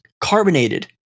carbonated